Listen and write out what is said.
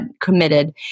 committed